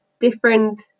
different